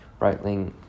Breitling